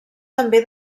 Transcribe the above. també